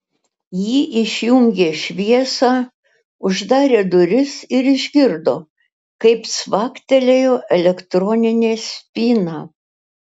ji išjungė šviesą uždarė duris ir išgirdo kaip cvaktelėjo elektroninė spyna